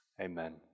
Amen